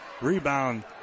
rebound